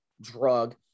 drug